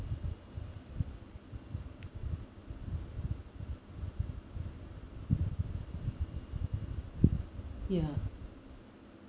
ya